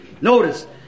Notice